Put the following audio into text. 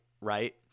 Right